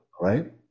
right